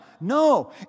No